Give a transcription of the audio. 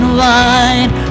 wide